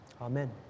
Amen